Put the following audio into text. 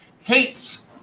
hates